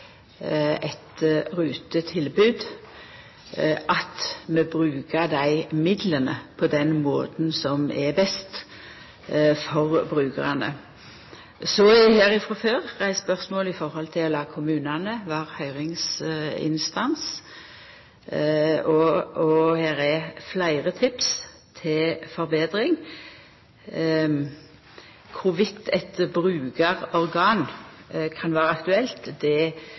eit rutetilbod, at vi brukar dei midlane på den måten som er best for brukarane. Så er det tidlegare reist spørsmål om å lata kommunane vera høyringsinstans, og det er her fleire tips til forbetringar. Om eit brukarorgan kan vera aktuelt, vil eg ikkje kvittera ut her og no. Vi skal hugsa på at dette er